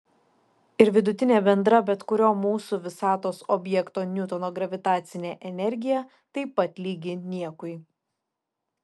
ir vidutinė bendra bet kurio mūsų visatos objekto niutono gravitacinė energija taip pat lygi niekui